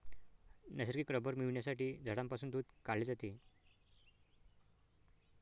नैसर्गिक रबर मिळविण्यासाठी झाडांपासून दूध काढले जाते